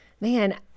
Man